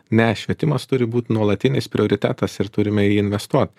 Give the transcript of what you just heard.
ne švietimas turi būt nuolatinis prioritetas ir turime į jį investuot